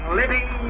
living